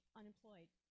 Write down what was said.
unemployed